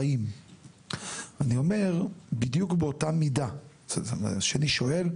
חיים ואני אומר בדיוק באותה מידה שאני שואל,